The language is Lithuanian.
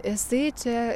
jisai čia